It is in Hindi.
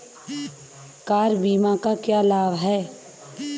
कार बीमा का क्या लाभ है?